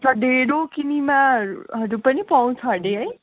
अच्छा ढिँडो किनेमाहरू हजुर पनि पाउँछ अरे है